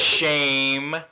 shame